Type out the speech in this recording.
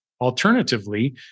Alternatively